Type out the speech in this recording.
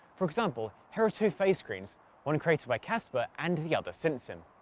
for example, here are two phase screens one created by cassper and the other scintsim.